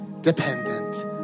dependent